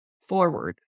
forward